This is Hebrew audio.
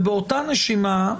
ובאותה נשימה,